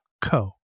co